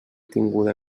tinguda